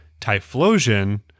Typhlosion